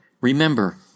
remember